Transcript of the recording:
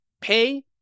Pay